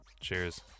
Cheers